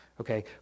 Okay